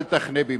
אל תחנה במקומי.